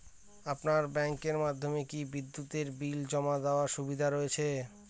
আপনার ব্যাংকের মাধ্যমে কি বিদ্যুতের বিল জমা দেওয়ার সুবিধা রয়েছে?